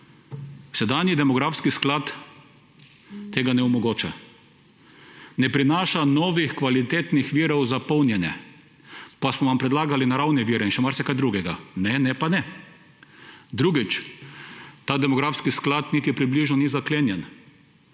Sedanji demografski sklad tega ne omogoča. Ne prinaša novih kvalitetnih virov za polnjenje. Pa smo vam predlagali naravne vire in še marsikaj drugega – ne, ne, pa ne! Drugič, ta demografski sklad niti približno ni zaklenjen.